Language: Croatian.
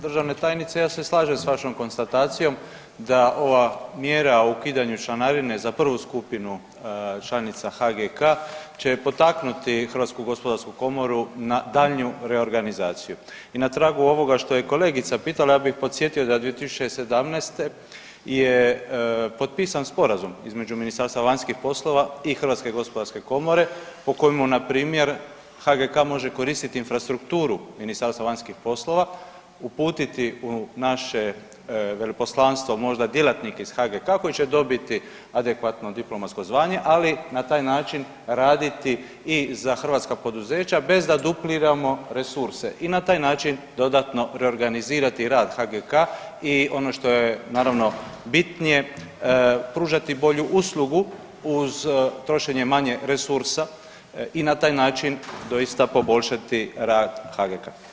Državna tajnice, ja se slažem s vašom konstatacijom da ova mjera o ukidanju članarine za prvu skupinu članica HGK će potaknuti HGK na daljnju reorganizaciju i na tragu ovoga što je kolegica pitala, ja bih podsjetio da 2017. je potpisan sporazum između Ministarstva vanjskih poslova i HGK po kojemu npr. HGK može koristiti infrastrukturu Ministarstva vanjskih poslova, uputiti u naše veleposlanstvo možda djelatnike iz HGK koji će dobiti adekvatno diplomatsko zvanje, ali na taj način raditi i za hrvatska poduzeća bez da dupliramo resurse i na taj način dodatno reorganizirati rad HGK i ono što je naravno, bitnije, pružati bolju uslugu uz trošenje manje resursa i na taj način doista poboljšati rad HGK.